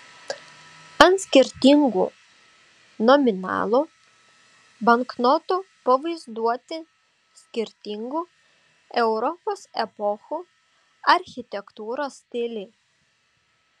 ant skirtingų nominalų banknotų pavaizduoti skirtingų europos epochų architektūros stiliai